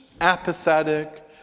apathetic